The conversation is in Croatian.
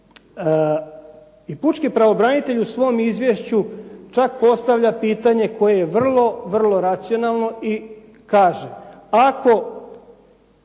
i pučki pravobranitelj u svom izvješću čak postavlja pitanje koje je vrlo, racionalno i kaže.